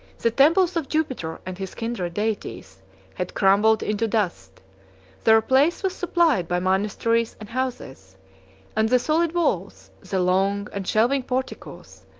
the temples of jupiter and his kindred deities had crumbled into dust their place was supplied by monasteries and houses and the solid walls, the long and shelving porticos,